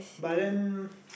but then